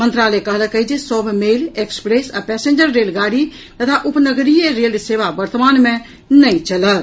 मंत्रालय कहलक अछि जे सभ मेल एक्सप्रेस आ पैसेंजर रेलगाड़ी तथा उपनगरीय रेल सेवा वर्तमान मे नहि चलत